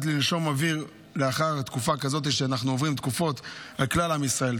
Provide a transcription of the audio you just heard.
לנשום אוויר לאחר תקופות כאלו שאנחנו עוברים וכלל עם ישראל,